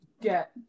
Get